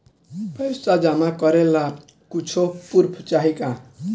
पैसा जमा करे ला कुछु पूर्फ चाहि का?